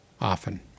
often